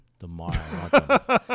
tomorrow